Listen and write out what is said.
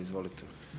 Izvolite.